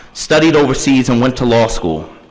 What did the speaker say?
studied overseas and went to law school.